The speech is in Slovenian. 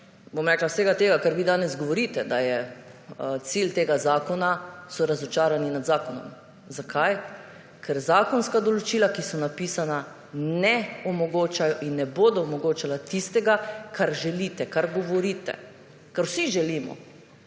bom rekla, vsega tega, kar vi danes govorite, da je cilj tega zakona, so razočarani nad zakonom. Zakaj? Ker zakonska določila, ki so napisana, ne omogočajo in ne bodo omogočala tistega, kar želite, kar govorite. Ker vsi želimo